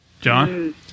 John